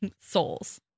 souls